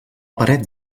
paret